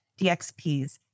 DXPs